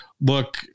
look